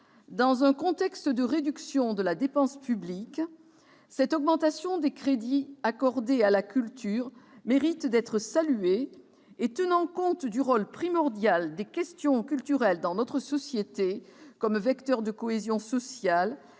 Dans un contexte de réduction de la dépense publique, cette augmentation des crédits accordés à la culture mérite d'être saluée, et, tenant compte du rôle primordial des questions culturelles dans notre société comme vecteur de cohésion sociale